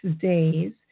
days